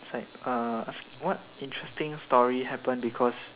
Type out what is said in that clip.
it's like uh asking what interesting story happen because